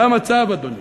זה המצב, אדוני.